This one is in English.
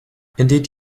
indeed